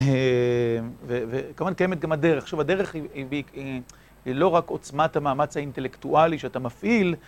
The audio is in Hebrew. וכמובן קיימת גם הדרך. עכשיו הדרך היא לא רק עוצמת המאמץ האינטלקטואלי שאתה מפעיל,